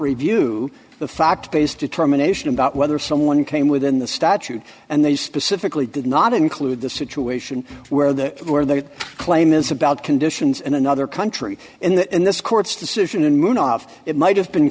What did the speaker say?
review the fact based determination about whether someone came within the statute and they specifically did not include the situation where the where the claim is about conditions in another country and that in this court's decision in moon off it might have been